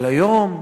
אבל היום,